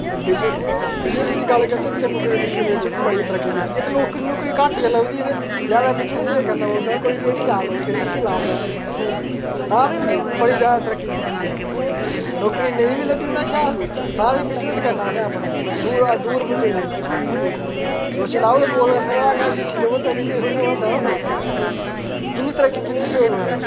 business दी गल्ल करचै ते जम्मू कशमीर च बड़ी तरक्की कीती ऐ ते नौकरी नूकरी घट्ट गै लभदी ते जादा बिजनेस गै करना पौंदा कोई रेह्ड़ी ला दा ते कोई किश ला दा तां बी उ'नें बड़ी जादा तरक्की कीती ऐ नौकरी नेईं बी लब्भी तां बी उ'नें आखेआ असें बिजनेस करना अपना दूर पुज्जे दे सोची लैओ गोलगफ्फें आह्ले दे घर डी सी र'वा दा ते इ'यां थोह्ड़े र'वा दा ओह् कि'न्नी तरक्की कीती होग उस